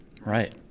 Right